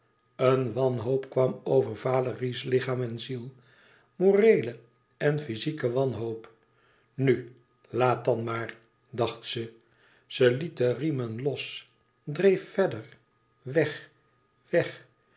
een wanhoop kwam over valérie's lichaam en ziel moreele en fyzieke wanhoop nu laat dan maar dacht ze ze liet de riemen los dreef verder weg weg